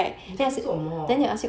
你现在在做什么